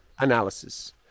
analysis